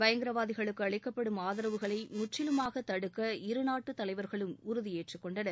பயங்கரவாதிகளுக்கு அளிக்கப்படும் ஆதரவுகளை முற்றிலுமாக தடுக்க இருநாட்டு தலைவர்களும் உறுதியேற்றுக்கொண்டனர்